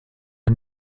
ein